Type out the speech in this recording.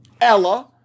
Ella